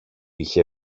είχε